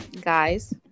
guys